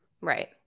Right